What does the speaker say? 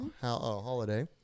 holiday